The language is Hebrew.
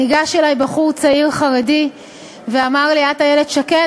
ניגש אלי בחור צעיר חרדי ואמר לי: את איילת שקד?